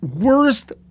worst